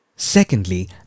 Secondly